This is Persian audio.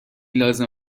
لازم